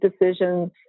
decisions